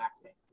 acting